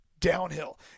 downhill